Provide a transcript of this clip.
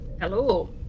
Hello